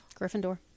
Gryffindor